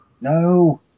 no